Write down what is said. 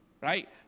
right